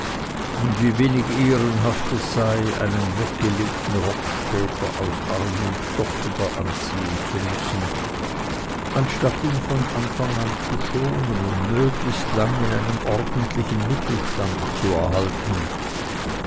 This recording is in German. und wie wenig ehrenhaft es sei einen weggelegten rock später aus armut doch wieder anziehen zu müssen anstatt ihn von anfang an zu schonen und möglichst lang in einem ordentlichen mittelstande zu erhalten